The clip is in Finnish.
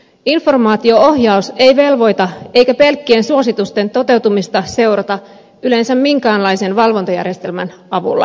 informaatio ohjaus ei velvoita eikä pelkkien suositusten toteutumista seurata yleensä minkäänlaisen valvontajärjestelmän avulla